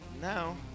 Now